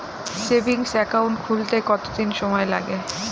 Savings account খুলতে কতদিন সময় লাগে?